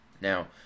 Now